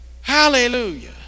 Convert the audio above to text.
Hallelujah